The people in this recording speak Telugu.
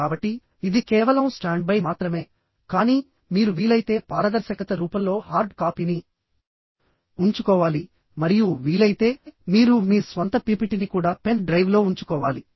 కాబట్టి ఇది కేవలం స్టాండ్బై మాత్రమే కానీ మీరు వీలైతే పారదర్శకత రూపంలో హార్డ్ కాపీని ఉంచుకోవాలి మరియు వీలైతే మీరు మీ స్వంత పిపిటిని కూడా పెన్ డ్రైవ్లో ఉంచుకోవాలి